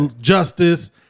justice